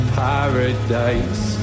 paradise